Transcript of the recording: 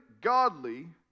godly